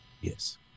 Yes